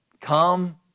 Come